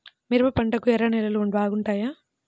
మిరప పంటకు ఎర్ర నేలలు బాగుంటాయా?